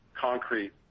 concrete